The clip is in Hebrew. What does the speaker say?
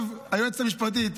היועצת המשפטית,